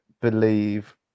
believe